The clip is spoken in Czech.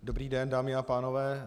Dobrý den, dámy a pánové.